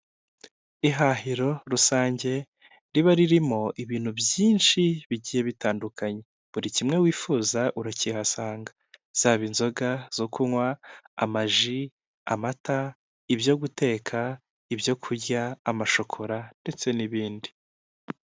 Ihahiro rusange riba ririmo ibintu byinshi bigiye bitandukanye, buri kimwe wifuza urakihasanga, zaba inzoga zo kunywa, amaji, amata, ibyo guteka, ibyokurya, amashokora ndetse n'ibindi.